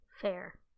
Fair